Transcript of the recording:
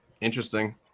Interesting